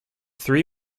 three